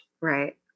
right